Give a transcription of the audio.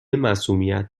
معصومیت